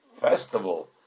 festival